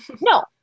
No